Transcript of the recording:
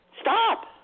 Stop